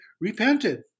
repented